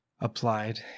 applied